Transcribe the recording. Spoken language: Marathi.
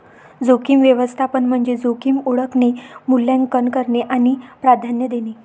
जोखीम व्यवस्थापन म्हणजे जोखीम ओळखणे, मूल्यांकन करणे आणि प्राधान्य देणे